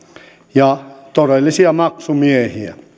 ja todellisia maksumiehiä